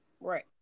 Right